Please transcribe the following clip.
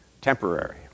temporary